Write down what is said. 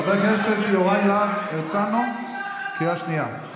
חבר הכנסת יוראי להב הרצנו, קריאה שנייה.